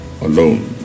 alone